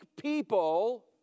people